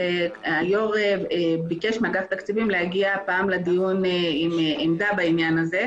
היו"ר ביקש מאגף תקציבים להגיע הפעם לדיון עם עמדה בעניין הזה.